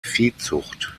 viehzucht